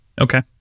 okay